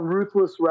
Ruthless